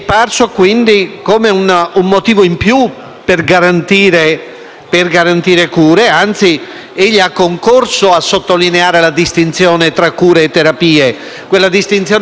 per garantire cure; anzi, egli ha concorso a sottolineare la distinzione tra cure e terapie, quella distinzione di cui ha parlato poco fa il collega Romano. Le terapie sono rivolte a